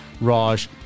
Raj